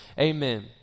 amen